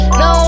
no